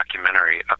documentary